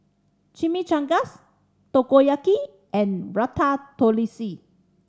Chimichangas Takoyaki and Ratatouille